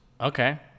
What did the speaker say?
Okay